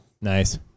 Nice